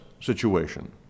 situation